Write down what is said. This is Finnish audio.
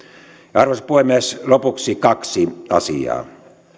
arvoisa puhemies lopuksi kaksi asiaa